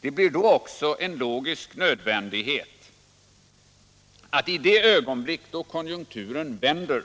Det blir då en logisk nödvändighet att i det ögonblick när konjunkturen vänder